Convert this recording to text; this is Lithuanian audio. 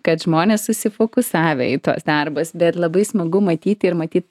kad žmonės susifokusavę į tuos darbus bet labai smagu matyti ir matyt